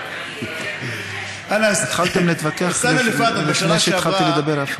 הסימולטני: התחלתם להתווכח אפילו לפני שהתחלתי לדבר.)